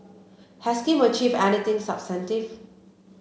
has Kim achieved anything substantive